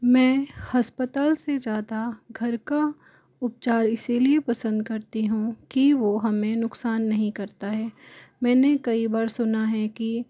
मैं अस्पताल से ज़्यादा घर का उपचार इसलिए पसंद करती हूँ कि वो हमें नुकसान नहीं करता है मैंने कई बार सुना है कि